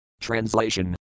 Translation